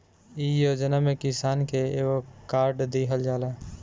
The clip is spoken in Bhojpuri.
इ योजना में किसान के एगो कार्ड दिहल जाला